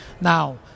now